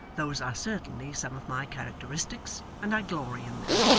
those are certainly some of my characteristics, and i glory in them